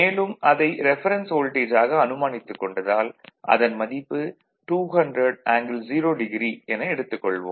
மேலும் அதை reference voltage ஆக அனுமானித்துக் கொண்டதால் அதன் மதிப்பு 200 ஆங்கிள் 0° என எடுத்துக் கொள்வோம்